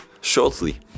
shortly